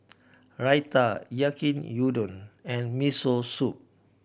Raita Yaki Udon and Miso Soup